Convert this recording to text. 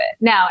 Now